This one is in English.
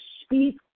speak